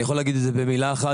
אני יכול להגיד את זה במילה אחת,